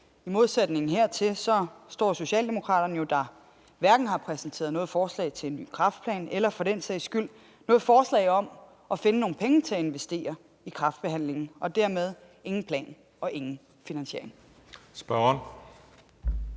I modsætning hertil står Socialdemokraterne, der hverken har præsenteret et forslag til en ny kræftplan eller for den sags skyld et forslag om at finde nogle penge til at investere i kræftbehandlingen, altså ingen plan og ingen finansiering. Kl.